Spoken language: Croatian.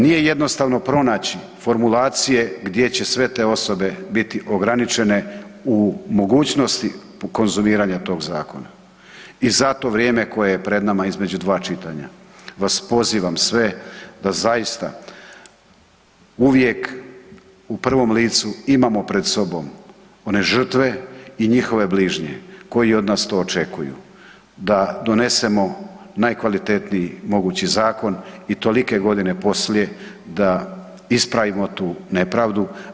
Nije jednostavno pronaći formulacije gdje će sve te osobe biti ograničene u mogućnosti konzumiranja tog zakona i za to vrijeme koje je pred nama između dva čitanja vas pozivam sve da zaista uvijek u prvom licu imamo pred sobom one žrtve i njihove bližnje koji od nas to očekuju, da donesemo najkvalitetniji mogući zakon i tolike godine poslije da ispravimo tu nepravdu.